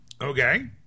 Okay